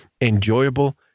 enjoyable